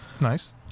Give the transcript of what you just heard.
Nice